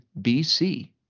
BC